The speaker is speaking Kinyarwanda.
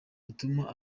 zituma